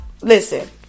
listen